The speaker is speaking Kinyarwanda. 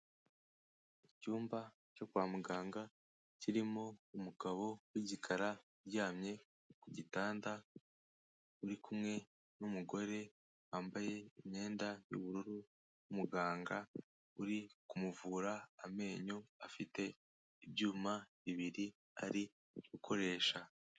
Icyumba cyo kwa muganga kirimo umugabo w'igikara uryamye ku gitanda, uri kumwe n'umugore wambaye imyenda y'ubururu, muganga uri kumuvura amenyo afite ibyuma bibiri ari gukoresha.